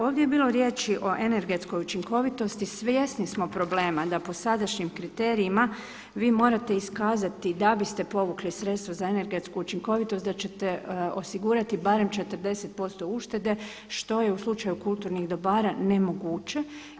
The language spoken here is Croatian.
Ovdje je bilo riječi o energetskoj učinkovitosti, svjesni smo problema da po sadašnjim kriterijima vi morate iskazati da biste povukli sredstva za energetsku učinkovitost da ćete osigurati barem 40% uštede što je u slučaju kulturnih dobara nemoguće.